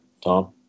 Tom